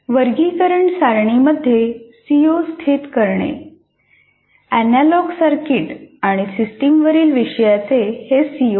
वर्गीकरण सारणीमध्ये सीओ स्थित करणे एनालॉग सर्किट आणि सिस्टम्सवरील विषयाचे हे सीओ आहेत